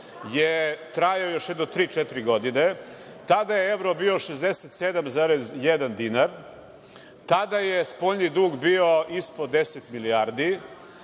je trajao još jedno tri, četiri godine. Tada je evro bio 67,1 dinar. Tada je spoljni dug bio ispod deset milijardi.